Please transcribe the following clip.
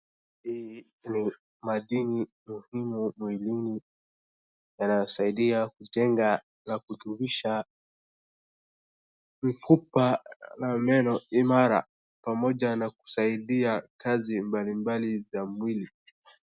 Hii ni madini muhimu mwilini, yanasaidia kujenga na kudumisha mifupa na meno imara, pamoja na kusaidia kazi mbalimbali za mwili.